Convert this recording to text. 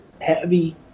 heavy